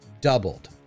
doubled